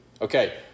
Okay